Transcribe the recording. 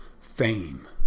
fame